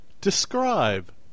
describe